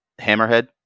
Hammerhead